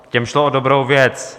Těm šlo o dobrou věc.